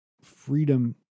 freedom